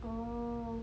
oh